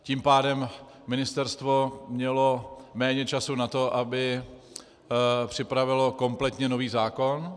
Tím pádem ministerstvo mělo méně času na to, aby připravilo kompletně nový zákon.